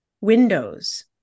windows